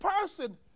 person